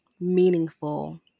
meaningful